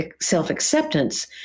self-acceptance